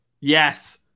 Yes